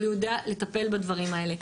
אבל הוא יודע לטפל בדברים האלה.